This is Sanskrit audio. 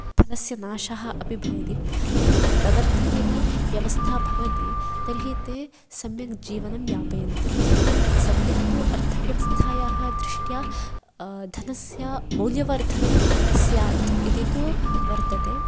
फलस्य नाशः अपि भवति एवं तदर्थं यदि व्यवस्था भवति तर्हि ते सम्यक् जीवनं यापयन्ति एवं सद्यः तु अर्थव्यवस्थादृष्ट्या धनस्य मौल्यवर्धनं स्यात् इति तु वर्तते